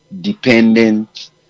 dependent